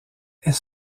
elle